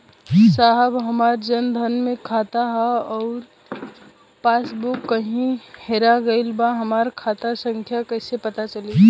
साहब हमार जन धन मे खाता ह अउर पास बुक कहीं हेरा गईल बा हमार खाता संख्या कईसे पता चली?